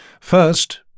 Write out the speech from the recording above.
First